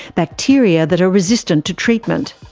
bacteria that are resistant to treatment.